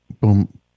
Boom